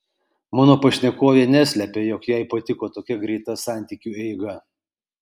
mano pašnekovė neslepia jog jai patiko tokia greita santykiu eiga